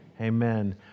Amen